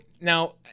now